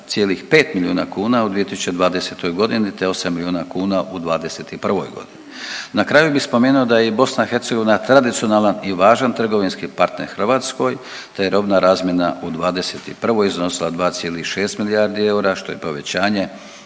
7,5 milijuna kuna u 2020. godini, te 8 milijuna kuna u 2021. godini. Na kraju bih spomenuo da je BiH tradicionalan i važan trgovinski partner Hrvatskoj, te je robna razmjena u 2021. iznosila 2,6 milijardi eura što je povećanje